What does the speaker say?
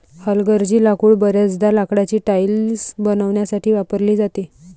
हलगर्जी लाकूड बर्याचदा लाकडाची टाइल्स बनवण्यासाठी वापरली जाते